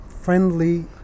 friendly